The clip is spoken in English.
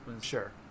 Sure